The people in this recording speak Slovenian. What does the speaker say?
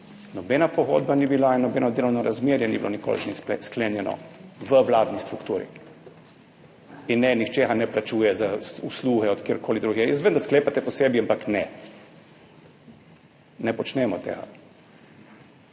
nobena pogodba ni bila in nobeno delovno razmerje ni bilo nikoli z sklenjeno v vladni strukturi. In ne, nihče ga ne plačuje za usluge od kjerkoli drugje. Jaz vem, da sklepate po sebi, ampak ne, ne počnemo tega.